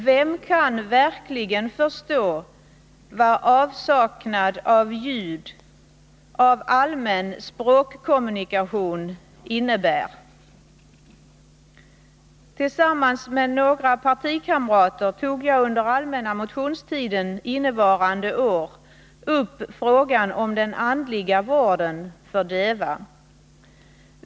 Vem kan verkligen förstå vad avsaknad av ljud, av allmän språkkommunikation innebär? Tillsammans med några partikamrater tog jag under den allmänna motionstiden innevarande år upp frågan om den andliga vården för döva.